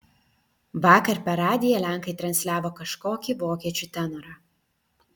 vakar per radiją lenkai transliavo kažkokį vokiečių tenorą